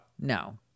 no